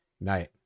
night